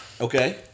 Okay